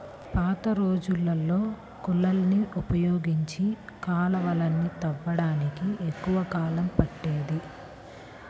పాతరోజుల్లో కూలోళ్ళని ఉపయోగించి కాలవలని తవ్వడానికి ఎక్కువ కాలం పట్టేది